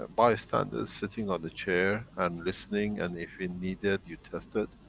ah bystanders, sitting on the chair and listening. and if we need it, you test it.